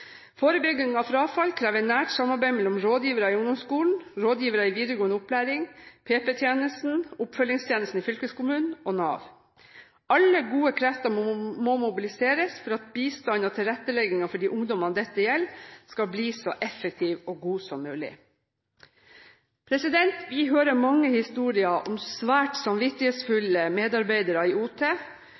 Forebygging av frafall krever nært samarbeid mellom rådgivere i ungdomsskolen, rådgivere i videregående opplæring, PP-tjenesten, oppfølgingstjenesten i fylkeskommunen og Nav. Alle gode krefter må mobiliseres for at bistanden og tilretteleggingen for de ungdommene dette gjelder, skal bli så effektiv og god som mulig. Vi hører mange historier om svært samvittighetsfulle medarbeidere i OT